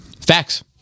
Facts